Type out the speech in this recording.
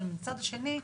אבל מהצד השני,